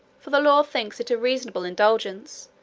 for the law thinks it a reasonable indulgence,